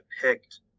picked